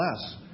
less